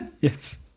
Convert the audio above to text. Yes